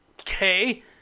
Okay